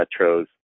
metros